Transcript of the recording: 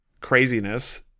craziness